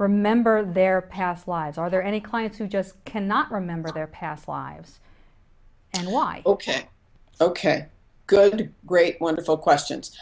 remember their past lives are there any clients who just cannot remember their past lives and why ok ok good to great wonderful questions